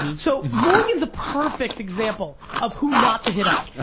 so, morgan's a perfect example of who not to hit up.